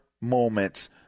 moments